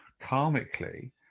karmically